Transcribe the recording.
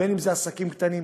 בין שזה עסקים קטנים,